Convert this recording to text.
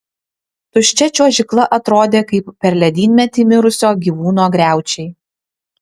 tuščia čiuožykla atrodė kaip per ledynmetį mirusio gyvūno griaučiai